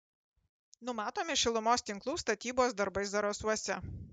numatomi šilumos tinklų statybos darbai zarasuose